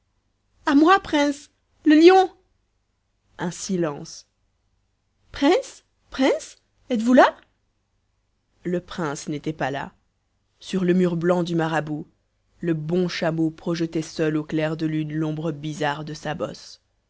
a moi préïnce le lion un silence préïnce préïnce êtes-vous là le prince n'était pas là sur le mur blanc du marabout le bon chameau projetait seul au clair de lune l'ombre bizarre de sa bosse